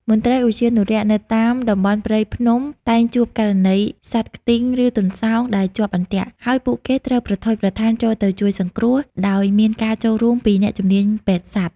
មន្ត្រីឧទ្យានុរក្សនៅតាមតំបន់ព្រៃភ្នំតែងជួបករណីសត្វខ្ទីង ឬទន្សោងដែលជាប់អន្ទាក់ ហើយពួកគេត្រូវប្រថុយប្រថានចូលទៅជួយសង្គ្រោះ ដោយមានការចូលរួមពីអ្នកជំនាញពេទ្យសត្វ។